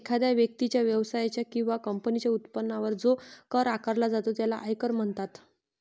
एखाद्या व्यक्तीच्या, व्यवसायाच्या किंवा कंपनीच्या उत्पन्नावर जो कर आकारला जातो त्याला आयकर म्हणतात